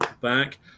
back